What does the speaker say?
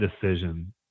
decision